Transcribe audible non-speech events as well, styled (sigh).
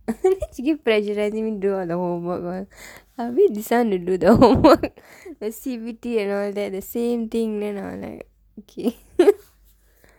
(laughs) she keep pressurizing me to do all the homework [one] I abit this [one] to do the homework the C_B_T and all that the same thing then I'm like okay